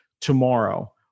tomorrow